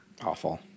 Awful